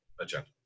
agenda